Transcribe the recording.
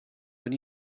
when